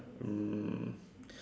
um